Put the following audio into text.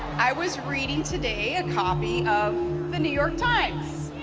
i was reading today a copy of the new york times.